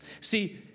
See